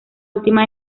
última